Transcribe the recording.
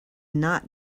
not